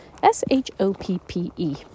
S-H-O-P-P-E